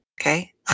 Okay